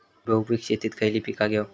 मी बहुपिक शेतीत खयली पीका घेव?